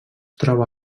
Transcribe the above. troba